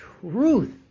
truth